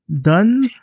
done